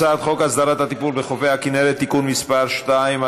הצעת חוק הסדרת הטיפול בחופי הכינרת (תיקון מס' 2),